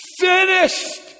finished